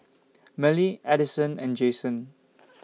Mellie Addyson and Jayson